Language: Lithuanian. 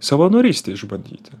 savanorystę išbandyti